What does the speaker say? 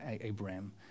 Abraham